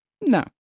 no